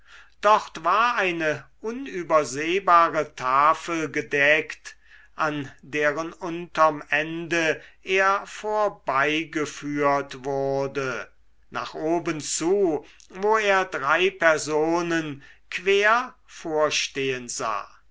dort war eine unübersehbare tafel gedeckt an deren unterem ende er vorbeigeführt wurde nach oben zu wo er drei personen quer vorstehen sah